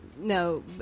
no